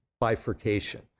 bifurcation